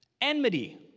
enmity